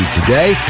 today